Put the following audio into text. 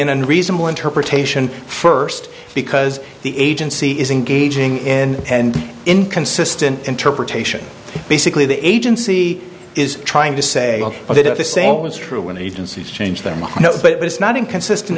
an unreasonable interpretation first because the agency is engaging in and inconsistent interpretation basically the agency is trying to say that if the same is true when the agency change their mind but is not inconsistent